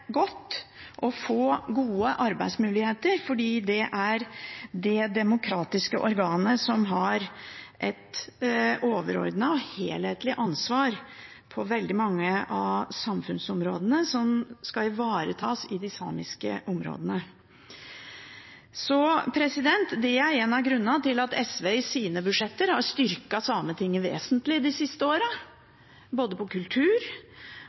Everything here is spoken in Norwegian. godt og få gode arbeidsmuligheter, fordi det er det demokratiske organet som har et overordnet og helhetlig ansvar for veldig mange av samfunnsområdene som skal ivaretas i de samiske områdene. Det er en av grunnene til at SV i sine budsjetter har styrket Sametinget vesentlig de siste årene, både innen kultur